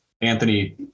Anthony